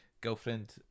girlfriend